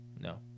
No